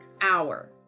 hour